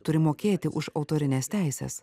turi mokėti už autorines teises